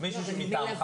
ברור, מישהו מטעמך.